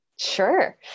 Sure